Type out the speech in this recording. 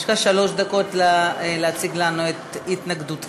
יש לך שלוש דקות להציג לנו את התנגדותך.